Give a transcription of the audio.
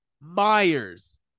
Myers